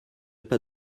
pas